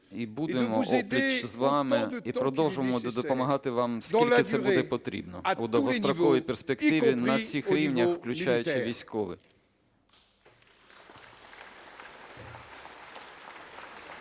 і будемо опліч з вами і продовжимо допомагати вам, скільки це буде потрібно у довгостроковій перспективі на всіх рівнях, включаючи військовий.